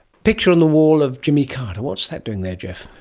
picture on the wall of jimmy carter. what's that doing there, geoff?